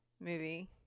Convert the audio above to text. movie